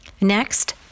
Next